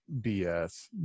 bs